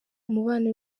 umubano